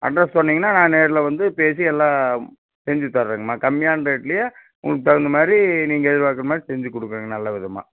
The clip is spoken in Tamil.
அட்ரஸ் சொன்னீங்கனால் நான் நேரில் வந்து பேசி எல்லாம் செஞ்சு தரேங்கம்மா கம்மியான ரேட்லேயே உங்களுக்கு தகுந்த மாதிரி நீங்கள் எதிர்பார்க்குற மாதிரி செஞ்சு கொடுக்குறேங்க நல்ல விதமாக